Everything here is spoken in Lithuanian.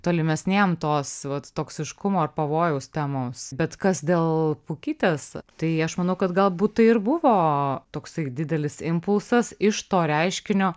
tolimesniem tos pat toksiškumo pavojaus temoms bet kas dėl pukytės tai aš manau kad galbūt tai ir buvo toksai didelis impulsas iš to reiškinio